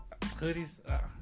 Hoodies